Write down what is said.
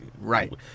right